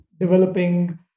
developing